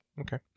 okay